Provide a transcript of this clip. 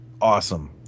Awesome